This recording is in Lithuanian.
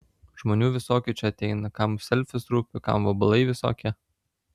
žmonių visokių čia ateina kam selfis rūpi o kam vabalai visokie